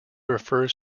refers